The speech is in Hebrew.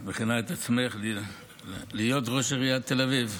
שאת מכינה את עצמך להיות ראש עיריית תל אביב.